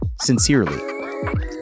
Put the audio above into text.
sincerely